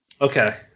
Okay